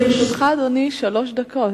לרשותך, אדוני, שלוש דקות.